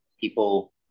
people